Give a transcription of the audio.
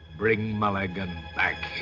bring mulligan back